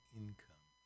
income